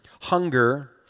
hunger